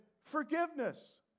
forgiveness